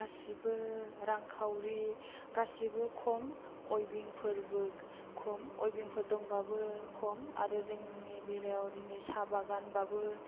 गासिबो रांखावरि गासिबो खम अयबिंफोरबो खम अयबिंफोर दंबाबो खम आरो जोंनि बेलायाव दिनै साहा बागानबाबो